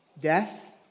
death